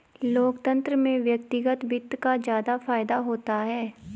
लोकतन्त्र में व्यक्तिगत वित्त का ज्यादा फायदा होता है